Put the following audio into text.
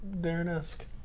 Darren-esque